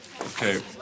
Okay